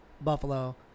Buffalo